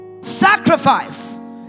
Sacrifice